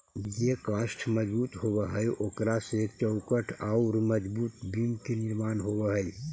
जे काष्ठ मजबूत होवऽ हई, ओकरा से चौखट औउर मजबूत बिम्ब के निर्माण होवऽ हई